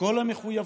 מכל המחויבויות,